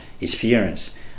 experience